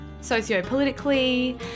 socio-politically